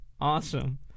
awesome